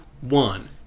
one